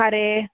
खारें